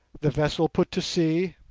the vessel put to sea.